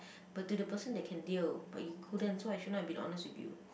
but to the person that can deal but you couldn't so I should not have been honest with you